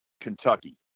Kentucky